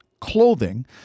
clothing